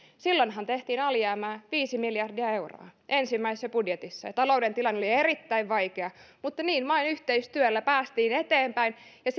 silloinhan tehtiin alijäämää viisi miljardia euroa ensimmäisessä budjetissa talouden tilanne oli erittäin vaikea mutta niin vain yhteistyöllä päästiin eteenpäin ja